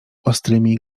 ostrymi